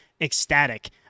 ecstatic